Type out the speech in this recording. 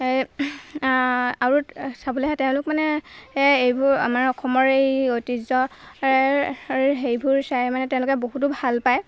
এই চাবলৈ আহে আৰু তেওঁলোক মানে এইবোৰ আমাৰ অসমৰ এই ঐতিহ্য হেৰিবোৰ চাই মানে তেওঁলোকে বহুতো ভাল পায়